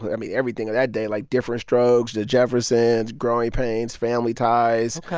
i mean, everything of that day, like diff'rent strokes, the jeffersons, growing pains, family ties,